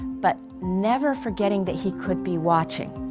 but never forgetting that he could be watching.